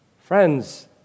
Friends